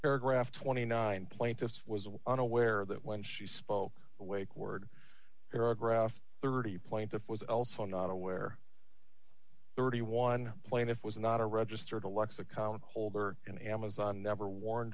paragraph twenty nine plaintiffs was unaware that when she spoke awake word paragraph thirty plaintiff was also not aware thirty one plaintiff was not a registered a lexicon of cold or an amazon never warn